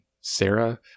Sarah